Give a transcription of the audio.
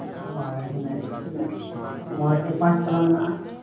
ᱦᱳᱭ ᱢᱟᱱᱮ ᱛᱤᱱᱟᱹᱜ ᱢᱚᱬᱮ ᱯᱟᱸᱪ ᱛᱚᱞᱟ ᱢᱮᱱᱟᱜᱼᱟ